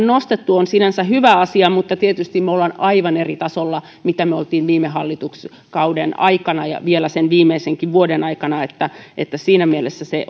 nostettu on sinänsä hyvä asia mutta tietysti me olemme aivan eri tasolla kuin mitä me olimme viime hallituskauden aikana ja vielä sen viimeisenkin vuoden aikana että että siinä mielessä se